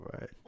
Right